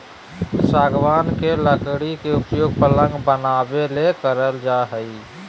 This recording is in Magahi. सागवान के लकड़ी के उपयोग पलंग बनाबे ले कईल जा हइ